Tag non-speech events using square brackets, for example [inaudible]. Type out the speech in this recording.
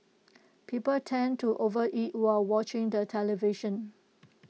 [noise] people tend to overeat while watching the television